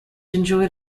enjoyed